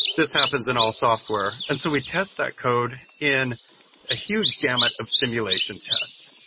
this happens in all software. and so we test that code in a huge gamut of simulation tests,